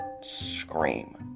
scream